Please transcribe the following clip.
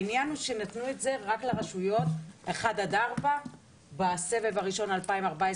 העניין הוא שנתנו את זה רק לרשויות 1 עד 4 בסבב הראשון 2017-3014,